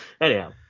Anyhow